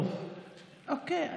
טוב, אוקיי.